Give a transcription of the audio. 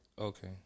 Okay